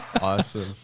Awesome